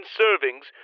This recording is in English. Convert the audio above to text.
servings